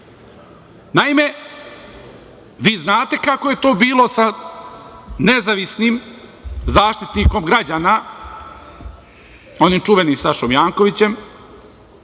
koži. Naime, vi znate kako je to bilo sa nezavisnim Zaštitnikom građana, onim čuvenim Sašom Jankovićem.